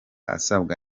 asabwa